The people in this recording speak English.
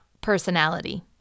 personality